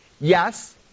Yes